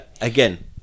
again